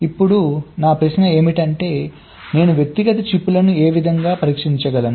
ఇప్పుడు నా ప్రశ్న ఏమిటంటే నేను వ్యక్తిగత చిప్లను ఎలా పరీక్షించగలను